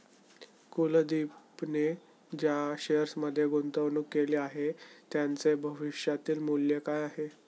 कुलदीपने ज्या शेअर्समध्ये गुंतवणूक केली आहे, त्यांचे भविष्यातील मूल्य काय आहे?